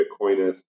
Bitcoinist